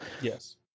yes